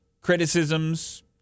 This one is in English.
criticisms